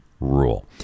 rule